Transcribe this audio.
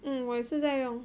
mm 我也是在用